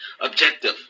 Objective